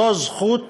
זאת זכות